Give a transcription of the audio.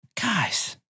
guys